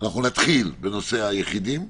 נתחיל בנושא היחידים,